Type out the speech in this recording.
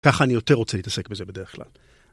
ככה אני יותר רוצה להתעסק בזה בדרך כלל.